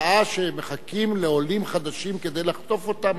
יש תופעה שמחכים לעולים חדשים כדי לחטוף אותם,